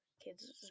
kids